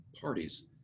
parties